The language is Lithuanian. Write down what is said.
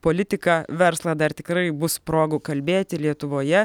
politiką verslą dar tikrai bus progų kalbėti lietuvoje